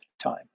time